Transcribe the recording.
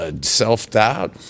self-doubt